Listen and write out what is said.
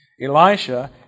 Elisha